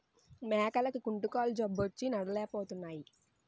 మేకలకి కుంటుకాలు జబ్బొచ్చి నడలేపోతున్నాయి